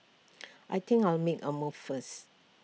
I think I'll make A move first